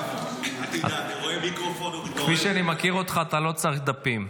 כפי שאני מכיר אותך, אתה לא צריך דפים.